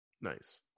Nice